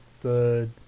third